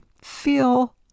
feel